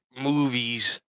movies